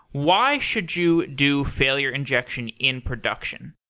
why should you do failure injection in production?